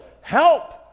help